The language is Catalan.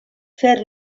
fer